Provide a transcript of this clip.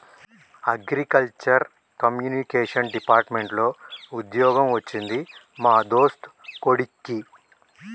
agriculture communication department లో వుద్యోగం వచ్చింది మా దోస్తు కొడిక్కి